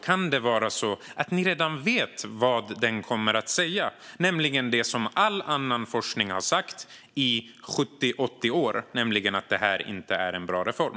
Kan det vara så att man redan vet vad den kommer att säga, nämligen det som all annan forskning har sagt i 70-80 år - att detta inte är en bra reform?